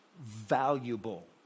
valuable